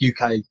UK